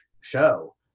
show